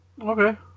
okay